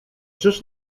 czyż